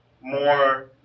more